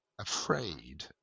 afraid